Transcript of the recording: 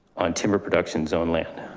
on timber production zone land.